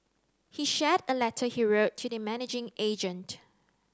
he shared a letter he wrote to the managing agent